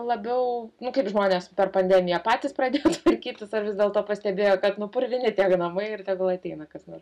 labiau nu kaip žmonės per pandemiją patys pradėjo tvarkytis ar vis dėlto pastebėjo kad purvini tiek namai ir tegul ateina kas nors